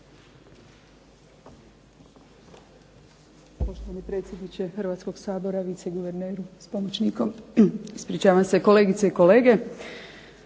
Hvala. Dame